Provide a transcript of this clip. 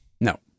no